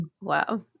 Wow